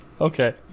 Okay